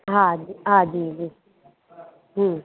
हा हा जी जी